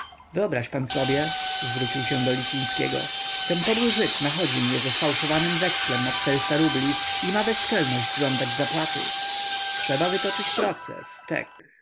wyobraź pan sobie zwrócił się do licińskiego ten podły żyd nachodzi mnie ze sfałszowanym wekslem na czterysta rubli i ma bezczelność żądać zapłaty trzeba wytoczyć proces tek